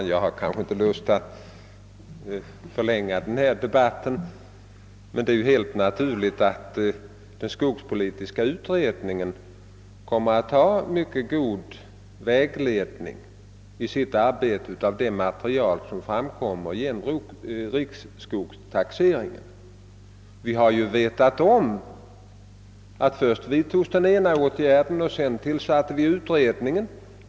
Herr talman! Jag har inte lust att förlänga denna debatt, men jag vill framhålla att det är helt naturligt att den skogspolitiska utredningen kommer att ha mycket god vägledning i sitt arbete av det material som framkommer genom riksskogstaxeringen. Vi har ju vetat om att först vidtogs den ena åtgärden och sedan tillsatte vi utredningen.